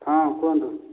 ହଁ କୁହନ୍ତୁ